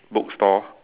bookstore